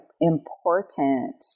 important